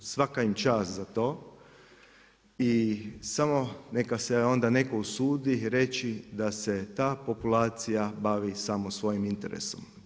Svaka im čast za to i samo neka se onda netko usudi reći da se ta populacija bavi samo svojim interesom.